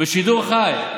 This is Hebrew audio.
בשידור חי.